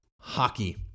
hockey